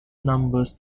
numbers